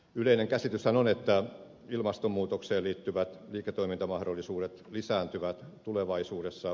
yleinen käsityshän on että ilmastonmuutokseen liittyvät liiketoimintamahdollisuudet lisääntyvät tulevaisuudessa